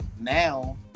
now